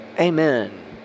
Amen